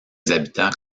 habitants